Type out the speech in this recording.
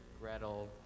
Gretel